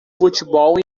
futebol